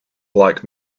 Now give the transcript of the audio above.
like